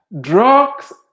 Drugs